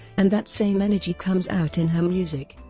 and that same energy comes out in her music.